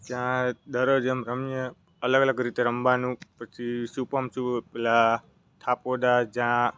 જ્યાં દરરોજ એમ રમીએ અલગ અલગ રીતે રમવાનું પછી છુપમ શું પેલા થાપોદા જ્યાં